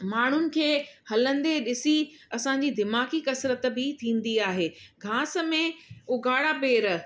माण्हुनि खे हलंदे ॾिसी असांजी दिमाग़ी कसरत बि थींदी आहे घास में उघाड़ा पैर